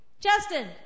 Justin